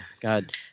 god